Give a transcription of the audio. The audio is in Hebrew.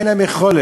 אין להם יכולת.